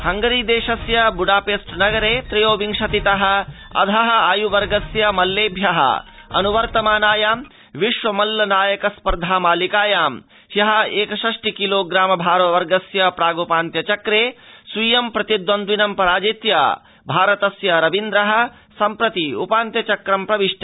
Hungary देशस्य Budapest नगरे त्रयोविंशतित अध आयुवर्गस्य मल्लेभ्य अनुवर्तमानायां विश्व मल्लनायक स्पर्धा मालिकायां ह्य एकषष्टि किलोग्राम भारवर्गस्य प्रागृपान्त्य चक्रे स्वीयं प्रतिद्वन्द्विनं पराजित्य भारतस्य उदीयमानो मल्ल रवीन्द्र सम्प्रति उपान्त्यक्र सम्प्रविष्ट